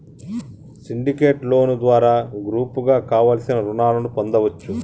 syndicate loan ద్వారా గ్రూపుగా కావలసిన రుణాలను పొందచ్చు